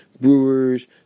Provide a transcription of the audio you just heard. brewers